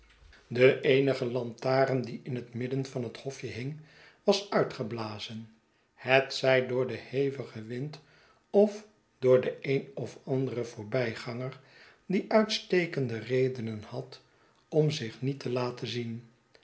de eenige lantaarn die in het midden van het hofje hing was uitgeblazen hetzij door den hevigen wind of door den een of anderen voorbijganger die uitstekende redenen had om zich niet te laten zien